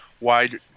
wide